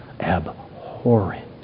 abhorrent